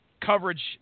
coverage